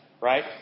Right